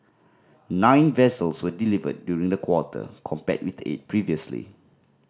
nine vessels were delivered during the quarter compared with eight previously